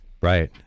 Right